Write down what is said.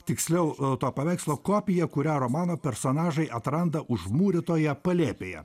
tiksliau to paveikslo kopiją kurią romano personažai atranda užmūrytoje palėpėje